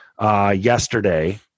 yesterday